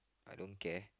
I don't care